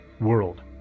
world